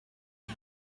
are